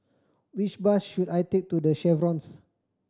which bus should I take to The Chevrons